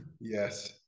Yes